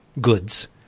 goods